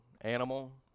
Animal